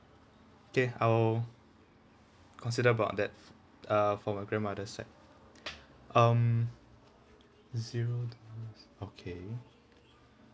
okay I will consider about that uh for my grandmother side um zero dollars okay